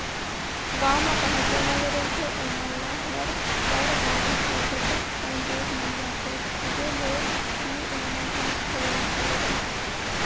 गाँव म पहाटिया लगे रहिथे ओमन ल हर बरवाही के गजब कन दूद मिल जाथे, खुदे ले ही ओमन ह खोवा घलो जमाथे